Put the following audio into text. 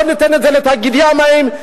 בואו ניתן את זה לתאגידי המים,